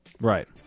Right